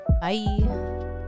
bye